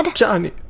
Johnny